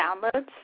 downloads